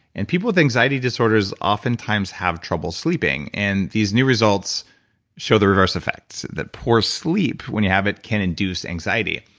and people with anxiety disorders oftentimes have trouble sleeping, and these new results show the reverse effects that poor sleep when you have it can induce anxiety.